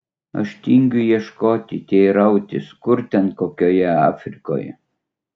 aš tingiu ieškoti teirautis kur ten kokioje afrikoje